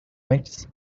antes